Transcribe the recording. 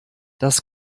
das